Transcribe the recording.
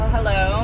Hello